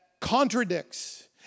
contradicts